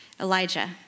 Elijah